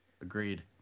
Agreed